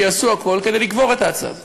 שיעשו הכול כדי לקבור את ההצעה הזאת.